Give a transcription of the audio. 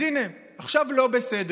אז הינה, עכשיו לא בסדר.